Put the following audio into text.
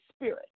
spirit